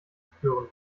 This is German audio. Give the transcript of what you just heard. spüren